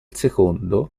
secondo